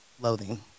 loathing